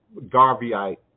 Garveyite